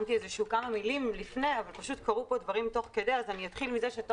הכנתי כמה מילים לפני אבל קרו פה דברים תוך כדי אז אתחיל מזה.